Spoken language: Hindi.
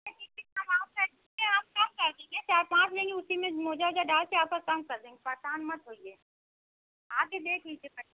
कर दीजिए कम आप कर दीजिए आप कम कर दीजिए चार पाँच लेंगी उसी में मोजा ओजा डालकर आपका कम कर देंगे परेशान मत होइए आकर देख लीजिए पहले